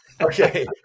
Okay